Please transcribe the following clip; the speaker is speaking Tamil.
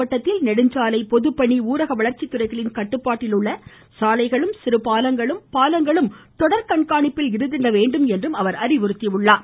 மாவட்டத்தில் நெடுஞ்சாலை பொதுப்பணி ஊரக வளர்ச்சித்துறைகளின் கட்டுப்பாட்டில் உள்ள சாலைகளும் சிறுபாலங்களும் பாலங்களும் தொடர் கண்காணிப்பில் இருந்திட வேண்டும் என்றும் அவர் அறிவுறுத்தியுள்ளார்